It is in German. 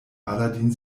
aladin